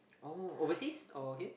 oh overseas or here